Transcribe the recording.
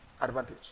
advantage